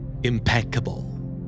Impeccable